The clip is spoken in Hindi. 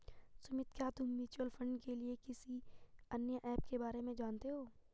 सुमित, क्या तुम म्यूचुअल फंड के लिए किसी अन्य ऐप के बारे में जानते हो?